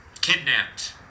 kidnapped